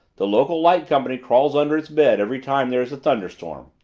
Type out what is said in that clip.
the local light company crawls under its bed every time there is a thunderstorm.